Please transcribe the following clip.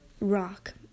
rock